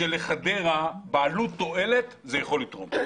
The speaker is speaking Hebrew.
שלחדרה בעלות תועלת זה יכול לתרום.